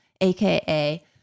AKA